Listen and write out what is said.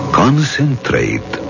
concentrate